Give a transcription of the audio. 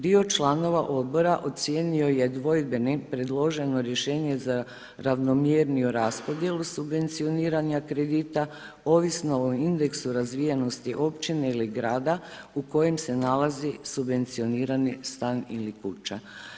Dio članova odbora ocijenio je dvojbenim predloženo rješenje za ravnomjerniju raspodjelu subvencioniranja kredita ovisno o indeksu razvijenosti općine ili grada u kojem se nalazi subvencionirani stan ili kuća.